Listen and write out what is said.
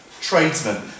tradesman